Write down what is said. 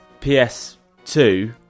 PS2